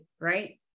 right